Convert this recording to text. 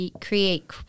create